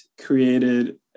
created